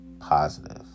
positive